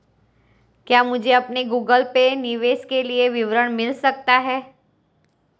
क्या मुझे अपने गूगल पे निवेश के लिए विवरण मिल सकता है?